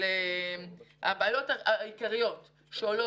הבעיות העיקריות שעולות